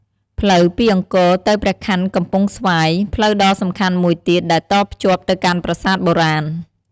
ផ្លូវពីអង្គរទៅព្រះខ័នកំពង់ស្វាយ ផ្លូវដ៏សំខាន់មួយទៀតដែលតភ្ជាប់ទៅកាន់ប្រាសាទបុរាណ។